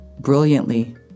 Brilliantly